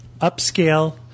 upscale